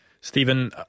Stephen